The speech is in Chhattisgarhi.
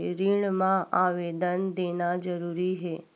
ऋण मा आवेदन देना जरूरी हे?